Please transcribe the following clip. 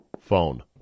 phone